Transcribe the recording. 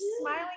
smiling